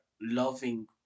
loving